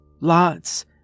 Lots